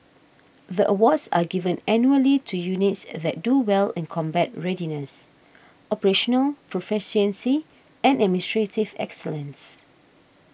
the awards are given annually to units that do well in combat readiness operational proficiency and administrative excellence